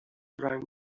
around